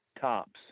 tops